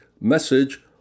message